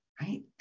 right